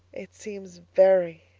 it seems very,